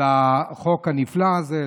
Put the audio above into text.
על החוק הנפלא הזה,